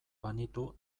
banitu